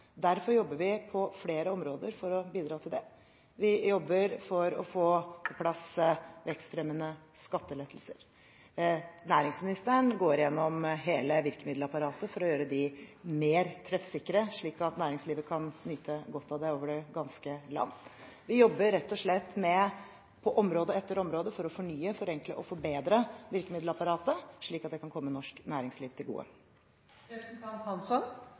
Derfor jobber vi på flere områder for å bidra til det. Vi jobber for å få på plass vekstfremmende skattelettelser. Næringsministeren går gjennom hele virkemiddelapparatet for å gjøre det mer treffsikkert, slik at næringslivet kan nyte godt av det over det ganske land. Vi jobber rett og slett på område etter område for å fornye, forenkle og forbedre virkemiddelapparatet, slik at det kan komme norsk næringsliv til